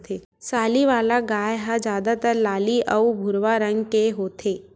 साहीवाल गाय ह जादातर लाली अउ भूरवा रंग के होथे